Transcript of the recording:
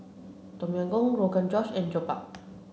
Tom Yam Goong Rogan Josh and Jokbal